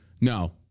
No